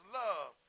love